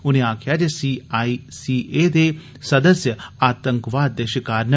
उनें आखेआ जे सी आई सी ए दे सदस्य आतंकवाद दे शिकार न